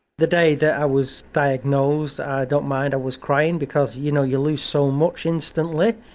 the day that i was diagnosed, i don't mind, i was crying because you know you lose so much instantly,